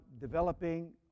developing